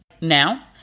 now